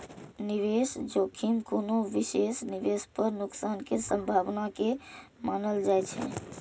निवेश जोखिम कोनो विशेष निवेश पर नुकसान के संभावना के मानल जाइ छै